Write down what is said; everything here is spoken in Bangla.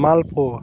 মালপোয়া